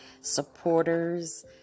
supporters